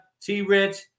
T-Rich